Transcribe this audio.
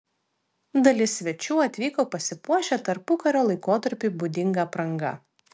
dalis svečių atvyko pasipuošę tarpukario laikotarpiui būdinga apranga